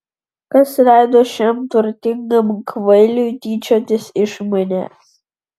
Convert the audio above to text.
kas leido šiam turtingam kvailiui tyčiotis iš manęs